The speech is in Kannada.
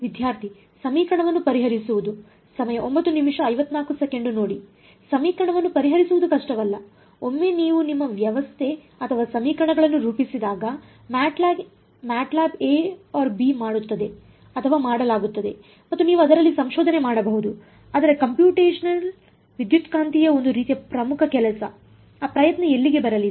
ವಿದ್ಯಾರ್ಥಿ ಸಮೀಕರಣವನ್ನು ಪರಿಹರಿಸುವುದು ಸಮೀಕರಣವನ್ನು ಪರಿಹರಿಸುವುದು ಕಷ್ಟವಲ್ಲ ಒಮ್ಮೆ ನೀವು ನಿಮ್ಮ ವ್ಯವಸ್ಥೆ ಅಥವಾ ಸಮೀಕರಣಗಳನ್ನು ರೂಪಿಸಿದಾಗ ಮ್ಯಾಟ್ಲ್ಯಾಬ್ ಎ ಬಿ ಮಾಡುತ್ತದೆ ಅಥವಾ ಮಾಡಲಾಗುತ್ತದೆ ಮತ್ತು ನೀವು ಅದರಲ್ಲಿ ಸಂಶೋಧನೆ ಮಾಡಬಹುದು ಆದರೆ ಕಂಪ್ಯೂಟೇಶನಲ್ ವಿದ್ಯುತ್ಕಾಂತೀಯ ಒಂದು ರೀತಿಯ ಪ್ರಮುಖ ಕೆಲಸ ಆ ಪ್ರಯತ್ನ ಎಲ್ಲಿಗೆ ಬರಲಿದೆ